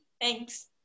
thanks